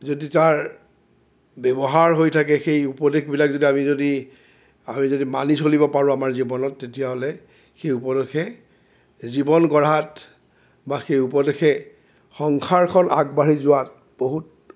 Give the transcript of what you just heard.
যদি তাৰ ব্যৱহাৰ হৈ থাকে সেই উপদেশবিলাক যদি আমি যদি মানি চলিব পাৰোঁ আমাৰ জীৱনত তেতিয়াহ'লে সেই উপদেশে জীৱন গঢ়াত বা সেই উপদেশে সংসাৰখন আগবাঢ়ি যোৱাত বহুত